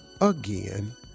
again